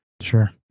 Sure